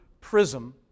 prism